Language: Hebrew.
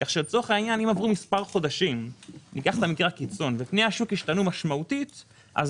אם עברו מספר חודשים ופני השוק השתנו משמעותית במקרה קיצון,